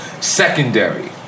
secondary